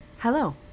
Hello